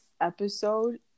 episode